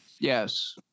Yes